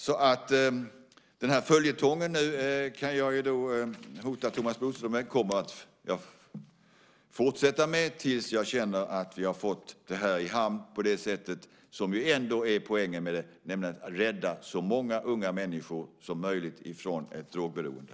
Jag kan hota Thomas Bodström med att jag kommer att fortsätta med den här följetongen tills jag känner att vi har fått detta i hamn på det sätt som ändå är poängen med det, nämligen att rädda så många unga människor som möjligt från ett drogberoende.